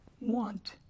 want